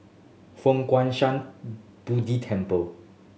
Fo Guang Shan Buddha Temple